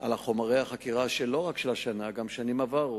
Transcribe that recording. על חומרי החקירה, לא רק של השנה, גם של שנים עברו,